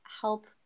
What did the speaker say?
help